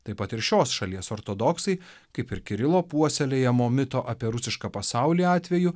taip pat ir šios šalies ortodoksai kaip ir kirilo puoselėjamo mito apie rusišką pasaulį atveju